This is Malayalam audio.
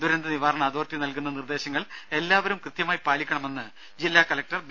ദുരന്ത നിവാരണ അതോറിറ്റി നൽകുന്ന നിർദ്ദേശങ്ങൾ എല്ലാവരും കൃത്യമായി പാലിക്കണമെന്ന് ജില്ലാ കലക്ടർ ബി